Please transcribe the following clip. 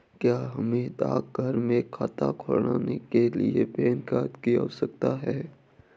क्या हमें डाकघर में खाता खोलने के लिए पैन कार्ड की आवश्यकता है?